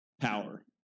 Power